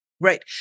Right